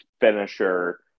finisher